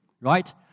right